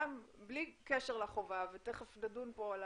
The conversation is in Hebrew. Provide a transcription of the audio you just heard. גם בלי קשר לחובה, ותיכף נדון פה על